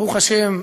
ברוך השם,